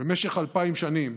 במשך אלפיים שנים,